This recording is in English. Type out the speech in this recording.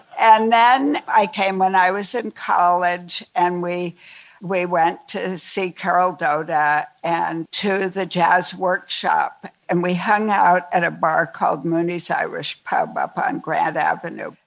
and then, i came when i was in college and we we went to see carol doda and to the jazz workshop. and we hung out at a bar called mooney's irish pub up on grand avenue.